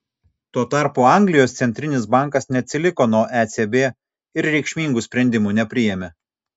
tuo tarpu anglijos centrinis bankas neatsiliko nuo ecb ir reikšmingų sprendimų nepriėmė